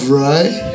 right